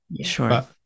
Sure